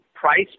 price